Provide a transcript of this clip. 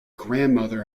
grandmother